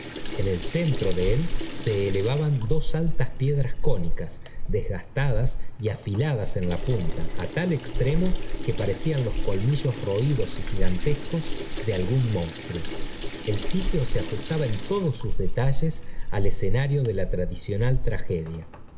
en el centro de él se elevaban dos altas piedras cónicas desgastadas y afiladas en la punta á tal extremo que parecían los colmillos roídos y gigantescos de algún monstruo el sitio se ajustaba en todos sus detalles al escenario de la tradicional tragedia